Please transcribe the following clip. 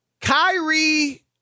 Kyrie